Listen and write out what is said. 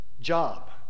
job